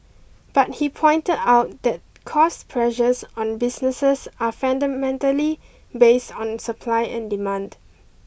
but he pointed out that cost pressures on businesses are fundamentally based on supply and demand